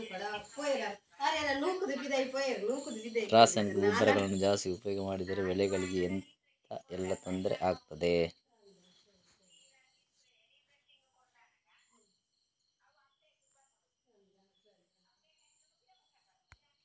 ರಾಸಾಯನಿಕ ಗೊಬ್ಬರಗಳನ್ನು ಜಾಸ್ತಿ ಉಪಯೋಗ ಮಾಡಿದರೆ ಬೆಳೆಗಳಿಗೆ ಎಂತ ಎಲ್ಲಾ ತೊಂದ್ರೆ ಆಗ್ತದೆ?